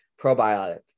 probiotic